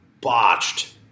Botched